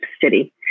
city